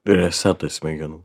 resetas smegenų